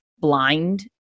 blind